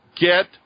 get